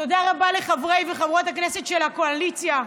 תודה רבה לחברי וחברות הכנסת של הקואליציה,